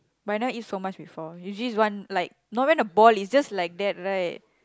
but I never eat so much before usually is one like not even a ball it's just like that right